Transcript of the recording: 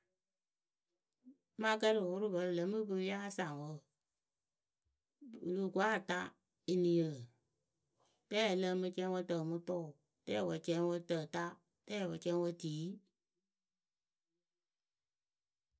Mɨ akɛrɩwʊrʊpǝ lǝ mɨ pǝ yáa saŋ wǝǝ wɨ loh ko ata eniǝ. Rɛɛ lǝǝmɨ cɛŋwǝ tǝmɨtʊʊ rɛɛwǝ cɛŋwǝ tǝta, rɛɛwǝ cɛŋwǝ tiyi.